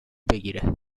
بگیره